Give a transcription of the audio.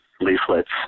leaflets